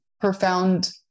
profound